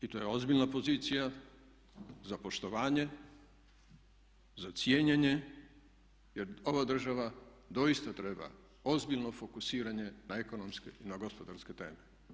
I to je ozbiljna pozicija za poštovanje, za cijenjenje jer ova država doista treba ozbiljno fokusiranje na ekonomske i na gospodarske teme.